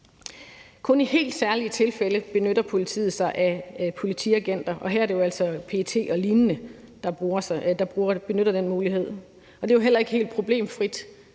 Kun i helt særlige tilfælde benytter politiet sig af politiagenter, og her er det altså PET og lignende, der benytter den mulighed, og det er jo heller ikke helt problemfrit.